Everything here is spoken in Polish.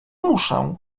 muszę